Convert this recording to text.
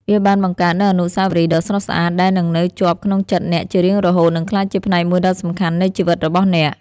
វាបានបង្កើតនូវអនុស្សាវរីយ៍ដ៏ស្រស់ស្អាតដែលនឹងនៅជាប់ក្នុងចិត្តអ្នកជារៀងរហូតនិងក្លាយជាផ្នែកមួយដ៏សំខាន់នៃជីវិតរបស់អ្នក។